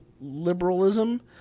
liberalism